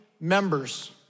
members